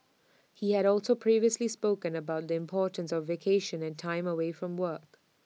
he had also previously spoken about the importance of vacation and time away from work